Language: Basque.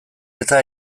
eta